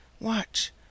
Watch